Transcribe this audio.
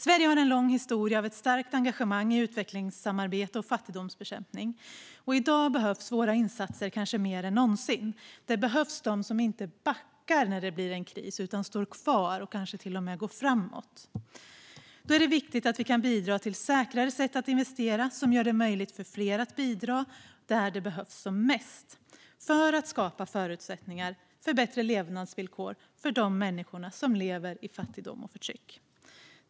Sverige har en lång historia av ett starkt engagemang i utvecklingssamarbete och fattigdomsbekämpning. I dag behövs våra insatser kanske mer än någonsin. Det behövs sådana som inte backar när det blir en kris utan står kvar och kanske till och med går framåt. Då är det viktigt att vi kan bidra till säkrare sätt att investera som gör det möjligt för fler att bidra där det behövs som mest för att skapa förutsättningar för bättre levnadsvillkor för de människor som lever i fattigdom och förtryck.